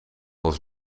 als